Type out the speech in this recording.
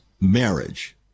marriage